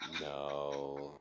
no